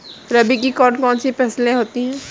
रबी की कौन कौन सी फसलें होती हैं?